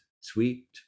sweet